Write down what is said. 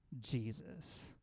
Jesus